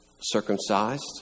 circumcised